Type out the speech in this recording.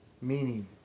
meaning